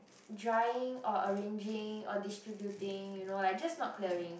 drying or arranging or distributing you know like just not clearing